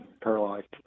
paralyzed